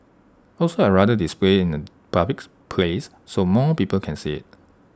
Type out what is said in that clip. also I'd rather display IT in A public place so more people can see IT